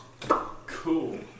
Cool